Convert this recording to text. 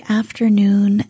afternoon